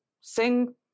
sing